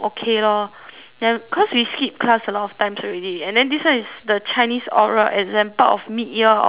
then cause we skip class a lot of times already and then this one is the chinese oral exam part of mid year or like pre~